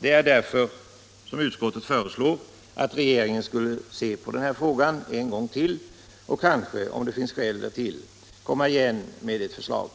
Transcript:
Det är därför som utskottet föreslår att regeringen skall se på den frågan en gång till och kanske - om det finns skäl för det — komma igen med ett förslag.